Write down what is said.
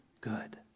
good